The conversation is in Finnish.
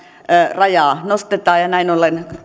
rajaa nostetaan ja näin ollen